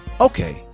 Okay